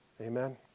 Amen